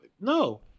no